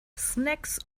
snacks